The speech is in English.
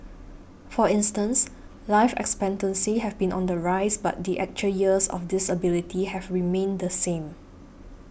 for instance life expectancy have been on the rise but the actual years of disability have remained the same